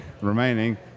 remaining